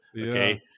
Okay